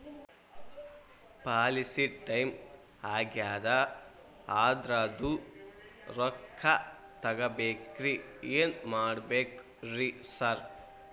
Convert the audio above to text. Policy time ಆಗ್ಯಾದ ಅದ್ರದು ರೊಕ್ಕ ತಗಬೇಕ್ರಿ ಏನ್ ಮಾಡ್ಬೇಕ್ ರಿ ಸಾರ್?